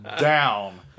down